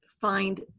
find